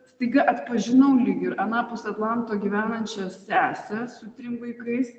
staiga atpažinau lyg ir anapus atlanto gyvenančią sesę su trim vaikais